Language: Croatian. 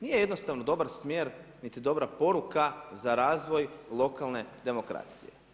Nije jednostavno dobar smjer niti dobra poruka za razvoj lokalne demokracije.